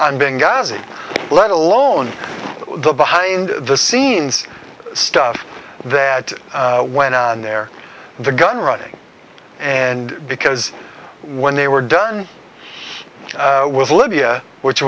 and being gassy let alone the behind the scenes stuff that went on there the gun running and because when they were done with libya which